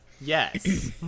yes